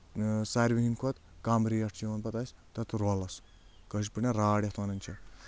ساروٕے کھۄتہٕ کَم ریٹ چھُ یِوان پتہٕ اَسہِ تَتھ رولَس کٲشر پٲٹھؠن راڈ یَتھ وَنان چھِ